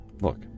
Look